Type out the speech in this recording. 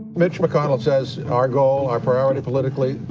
mitch mcconnell says our goal, our priority politically,